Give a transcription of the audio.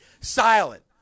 silent